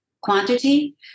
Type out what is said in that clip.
quantity